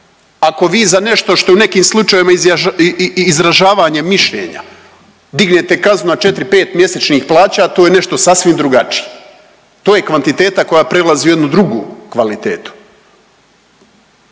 Ako vi za nešto što je u nekim slučajevima izražavanje mišljenja dignete kaznu na 4-5 mjesečnih plaća, to je nešto sasvim drugačije, to je kvantiteta koja prelazi u jednu drugu kvalitetu.